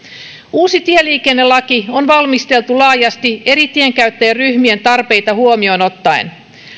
uusi tieliikennelaki on valmisteltu laajasti eri tienkäyttäjäryhmien tarpeita huomioon ottaen